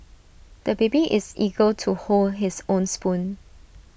the baby is eager to hold his own spoon